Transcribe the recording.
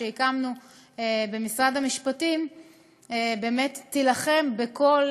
שהקמנו במשרד המשפטים באמת תילחם בכל,